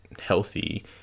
healthy